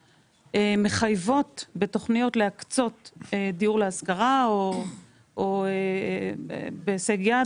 מחייבות בתוכניות להקצות דיור להשכרה או בהישג יד,